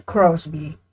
Crosby